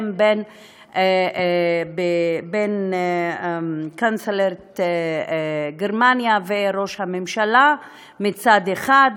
בין קנצלרית גרמניה וראש הממשלה מצד אחד,